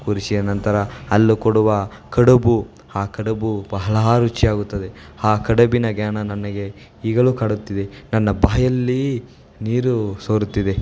ಕೂರಿಸಿದ ನಂತರ ಅಲ್ಲಿ ಕೊಡುವ ಕಡುಬು ಆ ಕಡಬು ಬಹಳಾ ರುಚಿಯಾಗುತ್ತದೆ ಆ ಕಡುಬಿನ ಜ್ಞಾನ ನಮಗೆ ಈಗಲೂ ಕಾಡುತ್ತಿದೆ ನನ್ನ ಬಾಯಲ್ಲೀ ನೀರು ಸೋರುತ್ತಿದೆ